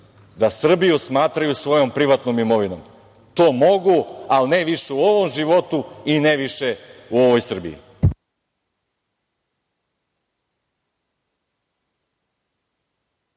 da Srbiju smatraju svojom privatnom imovinom. To mogu, ali ne više u ovom životu i ne više u ovoj Srbiji.